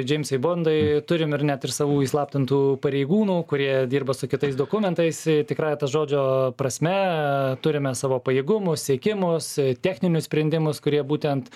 džeimsai bondai turim ir net ir savų įslaptintų pareigūnų kurie dirba su kitais dokumentais tikrąja to žodžio prasme turime savo pajėgumus siekimus techninius sprendimus kurie būtent